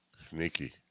Sneaky